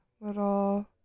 little